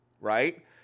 right